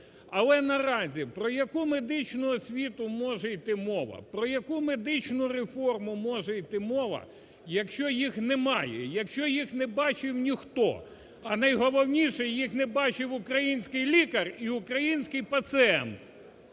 Але наразі про яку медичну освіту може йти мова, про яку медичну реформу може йти мова, якщо їх немає, якщо їх не бачив ніхто, а найголовніше, їх не бачив український лікар і український пацієнт.